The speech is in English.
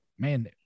man